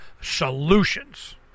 solutions